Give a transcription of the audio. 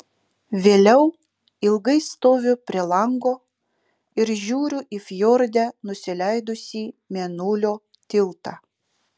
vėliau ilgai stoviu prie lango ir žiūriu į fjorde nusileidusį mėnulio tiltą